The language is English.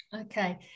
Okay